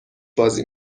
بازی